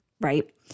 right